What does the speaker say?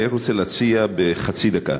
אני רק רוצה להציע בחצי דקה,